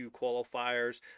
qualifiers